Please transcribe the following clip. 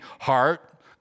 heart